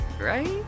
right